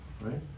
right